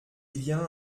bien